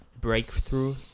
breakthrough